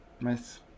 nice